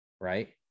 right